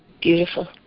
Beautiful